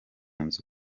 nzu